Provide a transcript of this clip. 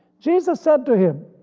jesus said to him,